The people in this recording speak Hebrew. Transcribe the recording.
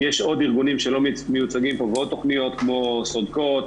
יש עוד ארגונים שלא מיוצגים פה ועוד תכניות כמו סודקות